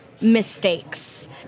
mistakes